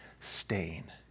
stain